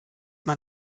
man